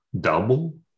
Double